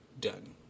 done